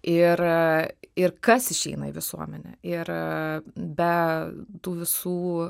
ir ir kas išeina į visuomenę ir be tų visų